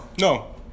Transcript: No